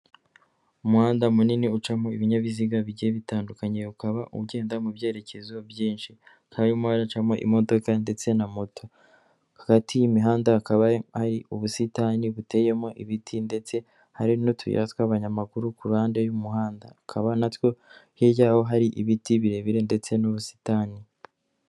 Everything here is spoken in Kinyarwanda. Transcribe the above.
Umuhanda munini ucamo ibinyabiziga bigiye bitandukanye ukaba ugenda mu byerekezo byinshi, hakaba harimo haracamo imodoka ndetse na moto, hagati y'imihanda hakaba hari ubusitani buteyemo ibiti ndetse hari n'utuyira tw'abanyamaguru ku ruhande y'umuhanda akaba natwo hirya yaho hari ibiti birebire ndetse n'ubusitani.